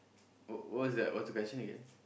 uh what's that what's the question again